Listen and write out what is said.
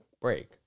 break